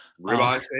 Ribeye